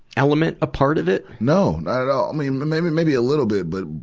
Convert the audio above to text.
element a part of it? no, not at all. i mean, maybe and maybe a little bit. but,